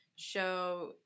show